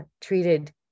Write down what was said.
treated